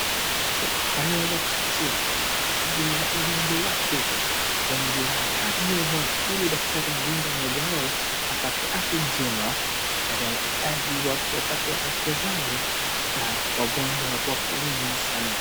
Kwa hayo machache naona daktari na mgonjwa wake. Wengi wanakaa nyuma ili daktari anamdunga mmoja wao apate afya njema. Daktari anahitaji watu wapate afya zao na wagonjwa wako wengi sana.